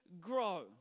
grow